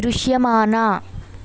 దృశ్యమాన